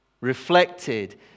reflected